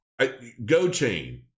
GoChain